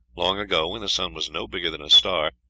long ago, when the sun was no bigger than a star,